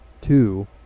two